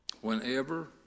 Whenever